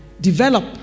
develop